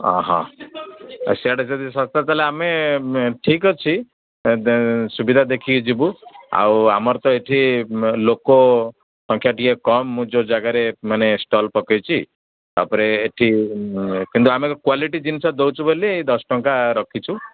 ଅ ହଁ ସେଆଡ଼େ ଯଦି ଶସ୍ତା ତାହେଲେ ଆମେ ଠିକ ଅଛି ସୁବିଧା ଦେଖିକି ଯିବୁ ଆଉ ଆମର ତ ଏଠି ଲୋକ ସଂଖ୍ୟା ଟିକେ କମ୍ ମୁଁ ଯେଉଁ ଜାଗାରେ ମାନେ ଷ୍ଟଲ୍ ପକେଇଛି ତାପରେ ଏଠି କିନ୍ତୁ ଆମେ କ୍ଵାଲିଟି ଜିନିଷ ଦେଉଛୁ ବୋଲି ଦଶ ଟଙ୍କା ରଖିଛୁ